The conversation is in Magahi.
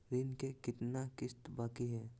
ऋण के कितना किस्त बाकी है?